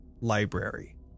library